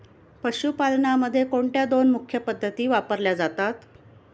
पशुपालनामध्ये कोणत्या दोन मुख्य पद्धती वापरल्या जातात?